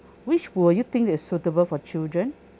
which will you think that's suitable for children